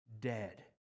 dead